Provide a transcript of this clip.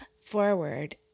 forward